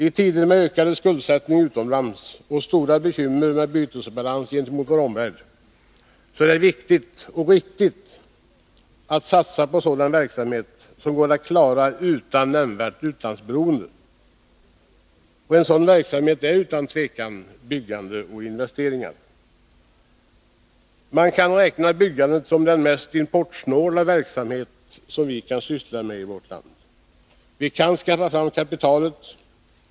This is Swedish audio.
I tider med ökad skuldsättning utomlands och stora bekymmer med bytesbalansen gentemot vår omvärld är det viktigt och riktigt att satsa på sådan verksamhet som går att klara utan nämnvärt utlandsberoende. En sådan verksamhet är utan tvivel byggandet. Byggandet kan räknas som den mest importsnåla verksamhet som vi i vårt land kan syssla med. Vi kan skaffa fram kapitalet.